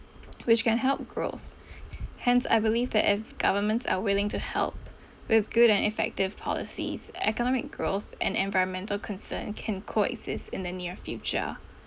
which can help growth hence I believe that if governments are willing to help with good and effective policies economic growth and environmental concerns can coexist in the near future